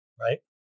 right